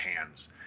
hands